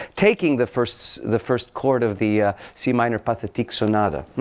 taking the first the first chord of the c minor pathetique sonata